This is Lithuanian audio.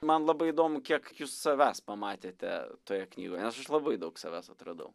man labai įdomu kiek jūs savęs pamatėte toje knygoje nes aš labai daug savęs atradau